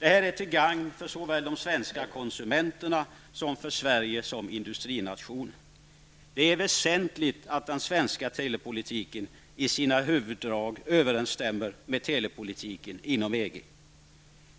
Detta är till gagn såväl för de svenska konsumenterna som för Sverige som industrination. Det är väsentligt att den svenska telepolitiken i sina huvuddrag överensstämmer med telepolitiken inom EG.